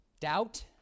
Doubt